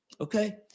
Okay